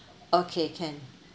okay can